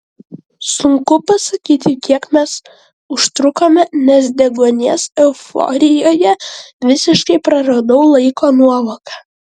sunku pasakyti kiek mes užtrukome nes deguonies euforijoje visiškai praradau laiko nuovoką